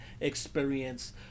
experience